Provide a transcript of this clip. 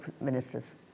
ministers